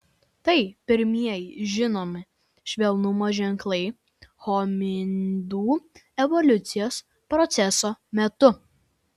tai pirmieji žinomi švelnumo ženklai hominidų evoliucijos proceso metu